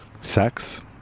sex